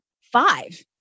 five